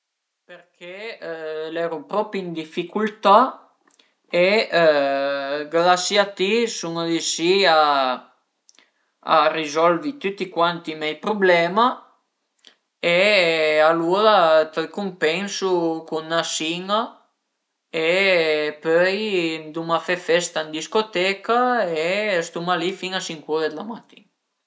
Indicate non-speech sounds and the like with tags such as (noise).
(hesitation) ën account dë posta elettronica persunala a s'crea ad ezempi cun la Gmail, ëntà scrivi ënt ël camp, ëntà büté nom e cugnom, pöi apres a t'ciama dë creé ün indirizzo mail, alura büte ad ezempi nom punto cugnom chiocciola Gmail punto com e pöi apres t'ënvente 'na password e l'as creà l'indiris